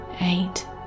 Eight